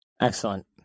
Excellent